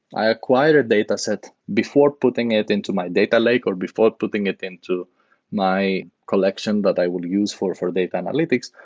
i acquired a dataset before putting it into my data lake or before putting it into my collection that i would use for for data analytics.